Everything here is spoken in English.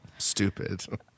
stupid